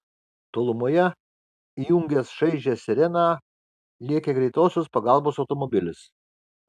tolumoje įjungęs šaižią sireną lėkė greitosios pagalbos automobilis